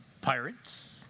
pirates